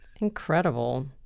incredible